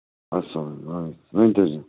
اَسلام آ ؤنۍ تو جی